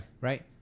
Right